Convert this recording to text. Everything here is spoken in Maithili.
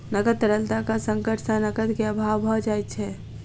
नकद तरलताक संकट सॅ नकद के अभाव भ जाइत छै